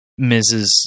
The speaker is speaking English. Mrs